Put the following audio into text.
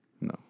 No